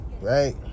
right